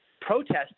protest